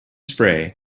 spray